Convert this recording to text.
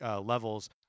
levels